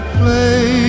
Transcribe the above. play